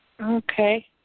Okay